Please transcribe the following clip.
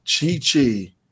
Chi-Chi